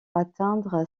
atteindre